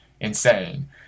insane